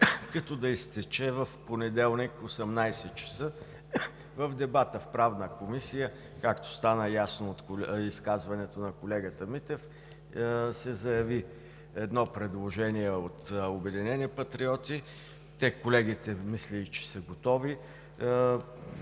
да изтече в понеделник в 18,00 ч. В дебата в Правната комисия, както стана ясно от изказването на колегата Митев, се заяви предложение от „Обединени патриоти“ – колегите мисля, че са и готови.